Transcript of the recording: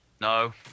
No